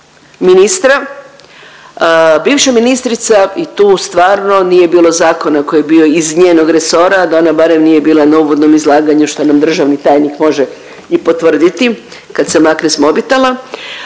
ministra, bivša ministrica i tu stvarno nije bilo zakona koji je bio iz njenog resora da ona barem nije bila na uvodnom izlaganju što nam državni tajnik može i potvrditi kad se makne s mobitela,